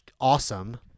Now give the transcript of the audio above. awesome